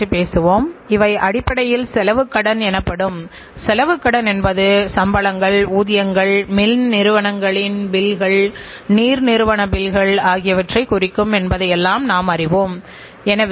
தரக் கட்டுப்பாட்டு வரைபடங்கள் அந்த ஒரு இயக்கச் சுழற்சியின் போது நம்மால் தயாரிக்கப்பட்ட மொத்த தயாரிப்புகளில் எத்தனை தயாரிப்புகள் அதாவது குறிப்பிட்ட காலத்தில் தயாரித்த எத்தனை பொருட்கள் தரமானதாக இருக்கிறது